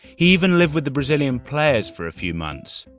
he even lived with the brazilian players for a few months.